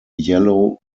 yellow